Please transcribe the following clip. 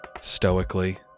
stoically